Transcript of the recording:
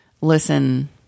listen